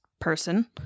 person